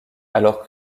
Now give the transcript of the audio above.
alors